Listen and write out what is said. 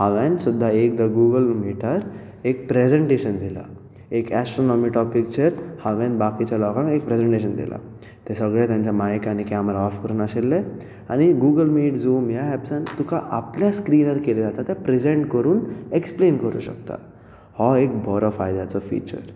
हांवें सुद्दा एकदां गुगल मिटार एक प्रॅजण्टेशन दिलां एक एस्ट्रॉनोमी टॉपिकचेर हांवें बाकीच्या लोकांक एक प्रॅजण्टेशन दिलां ते सगळे तांचे मायक आनी कॅमरा ऑफ करून आशिल्ले आनी गुगल मीट झूम ह्या ऍप्सान तुका आपल्या स्क्रिनार कितें जाता तें प्रिजँट करून एक्सप्लेन करूंक शकता हो एक बरो फायद्याचो फिचर